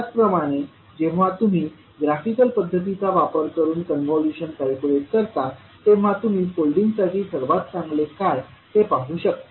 त्याचप्रमाणे जेव्हा तुम्ही ग्राफिकल पध्दतीचा वापर करून कॉन्व्होल्यूशन कॅल्क्युलेट करता तेव्हा तुम्ही फोल्डिंगसाठी सर्वात चांगले काय ते पाहू शकता